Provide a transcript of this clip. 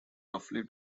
roughly